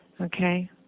Okay